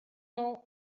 know